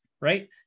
right